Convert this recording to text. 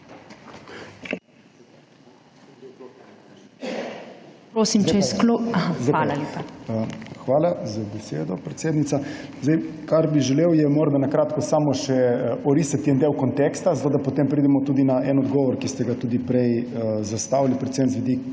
Hvala za besedo, predsednica. Kar bi želel, je morda na kratko samo še orisati en del konteksta, da potem pridemo tudi do odgovora na vprašanje, ki ste ga tudi prej zastavili, predvsem z vidika